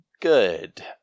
good